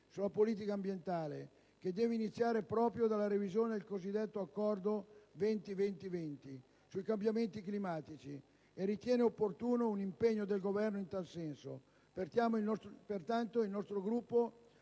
sulle politiche ambientali, che deve iniziare proprio dalla revisione del cosiddetto Accordo del 20-20-20 sui cambiamenti climatici, e ritiene opportuno un impegno del Governo in tal senso. Pertanto, il Gruppo